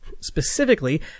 Specifically